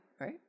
Right